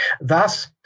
Thus